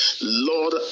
Lord